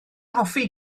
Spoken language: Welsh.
hoffi